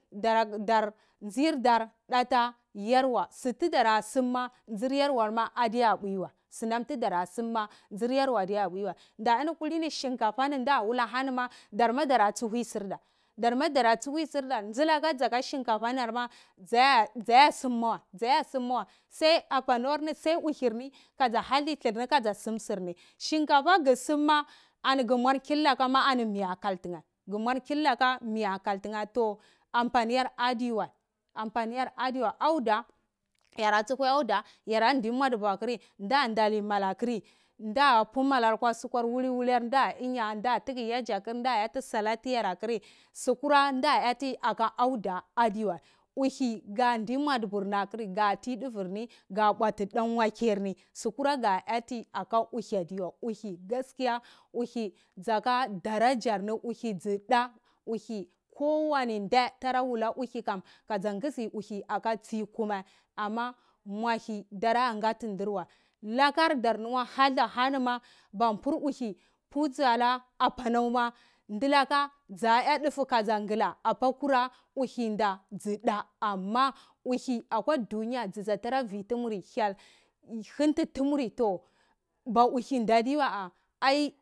Dar dar tsidar data yarwa sututra simma tsiur yarwar ma adeta buwewa sinam dutara simma dor yarwa adeta uwewa inni kulini shinkafani ukhaninina dara tsukuyi sirdar, dilakama saka shinkafa tseta simmawaye, saya simmiya abunaw, ko uhirni kasa hditini, shinkafa ku imma kumar kallakama miyakaltuye, ampani aduwa, audu yara tsuku auda andimodubu kr, dali mallakiti da bu makayi lowa sukur, wilily da dugna ta tuku yajikr, da'ah salatyara kri sukura dada'a ka auda aduwa, uhi ka dai muadubu kr ku tai dva kr, ku mbuati dan wake kr, sukura ka ati aka uhi adua da ko wani de dara wula uhi kasa kusi uhi aka tsei kuma muahi, lakar dar mura halv harima, apunaw, sa a ndufu kasa kla, kura uhi da suda, amma uhi akwa dunya tsuda drafidumur hyel ra hinti tumun ba uhida diwa